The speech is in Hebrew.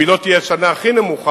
אם היא לא תהיה השנה הכי נמוכה,